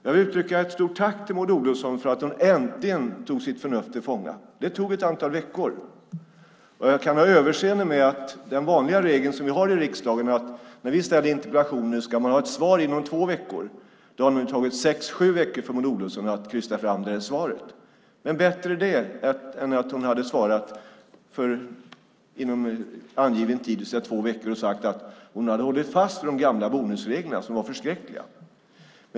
Jag vill uttrycka ett stort tack till Maud Olofsson för att hon äntligen tog sitt förnuft till fånga. Det tog ett antal veckor. Jag kan ha överseende med att man inte har följt den vanliga regeln om att interpellationer från oss i riksdagen ska besvaras inom två veckor. Det har nu tagit sex sju veckor för Maud Olofsson att krysta fram det här svaret. Men det är bättre än om hon hade svarat inom angiven tid och sagt att hon höll fast vid de gamla bonusreglerna, som var förskräckliga.